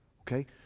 Okay